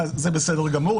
זה בסדר גמור.